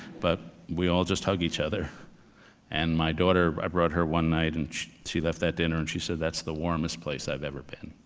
but we all just hug each other and my daughter, i brought her one night, and she left that dinner and she said, that's the warmest place i've ever been.